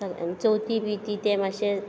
चवथी बिवती तें मातशें